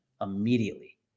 immediately